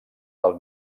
del